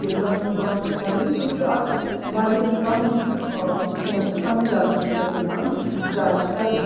تیٖژاہن پٮ۪وان چھِ کَرٕنۍ سُہ تہِ چھُ اَکھ واریاہ کَم پۅنٛسہٕ کَم چارجَس پٮ۪ٹھ یِوان چارٕج کَرنہٕ